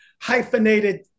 hyphenated